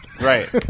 Right